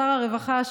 שר הרווחה,